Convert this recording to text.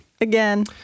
Again